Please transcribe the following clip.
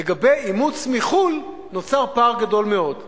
לגבי מאמצים מחו"ל נוצר פער גדול מאוד.